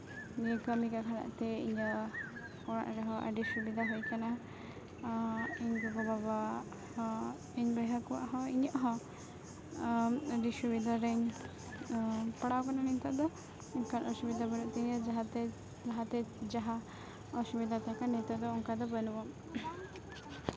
ᱱᱤᱭᱟᱹ ᱠᱟᱢᱤ ᱠᱟᱨᱚᱱᱟᱜ ᱛᱮ ᱤᱧᱟᱹᱜ ᱚᱲᱟᱜ ᱨᱮᱦᱚᱸ ᱟᱹᱰᱤ ᱥᱩᱵᱤᱫᱟ ᱦᱩᱭ ᱠᱟᱱᱟ ᱟᱨ ᱤᱧ ᱜᱚᱜᱚ ᱵᱟᱵᱟ ᱦᱚᱸ ᱤᱧ ᱵᱚᱭᱦᱟ ᱠᱚᱣᱟᱜ ᱦᱚᱸ ᱤᱧᱟᱹᱜ ᱦᱚᱸ ᱟᱹᱰᱤ ᱥᱩᱵᱤᱫᱷᱟ ᱨᱤᱧ ᱯᱟᱲᱟᱣ ᱠᱟᱱᱟ ᱱᱤᱛᱳᱜ ᱫᱚ ᱚᱝᱠᱟᱱ ᱚᱥᱩᱵᱤᱫᱟ ᱵᱟᱹᱱᱩᱜ ᱛᱤᱧᱟᱹ ᱡᱟᱦᱟᱸᱛᱮ ᱞᱟᱦᱟᱛᱮ ᱡᱟᱦᱟᱸ ᱚᱥᱩᱵᱤᱫᱟ ᱛᱟᱦᱮᱸᱠᱟᱱ ᱱᱤᱛᱳᱜ ᱫᱚ ᱚᱝᱠᱟ ᱫᱚ ᱵᱟᱹᱱᱩᱜᱼᱟ